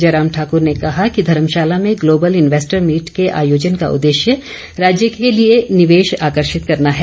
जयराम ठाकूर ने कहा कि ग्लोबल इन्वेस्टर मीट के आयोजन का उद्देश्य राज्य के लिए निवेश आकर्षित करना है